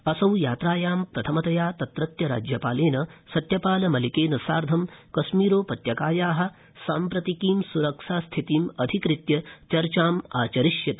असौ यात्रायां प्रथमतया तत्रत्य राज्यपालेन सत्यपाल मलिकेन साधं कश्मीरोपत्यकाया साम्प्रतिकीं सुरक्षा स्थितिम् अधिकृत्य चर्चामाचरिष्यति